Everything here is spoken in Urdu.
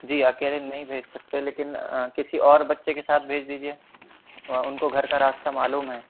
جی آپ کہہ رہے ہیں نہیں بھیج سکتے لیکن کسی اور بچے کے ساتھ بھیج دیجیے ان کو گھر کا راستہ معلوم ہے